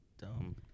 dumb